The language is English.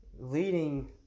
leading